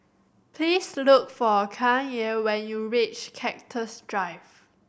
please look for Kanye when you reach Cactus Drive